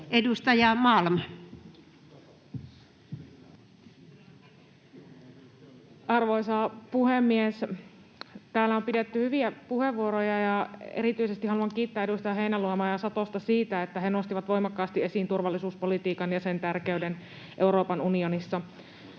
Content: Arvoisa puhemies! Täällä on pidetty hyviä puheenvuoroja, ja erityisesti haluan kiittää edustaja Heinäluomaa ja Satosta siitä, että he nostivat voimakkaasti esiin turvallisuuspolitiikan ja sen tärkeyden Euroopan unionissa.